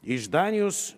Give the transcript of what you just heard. iš danijos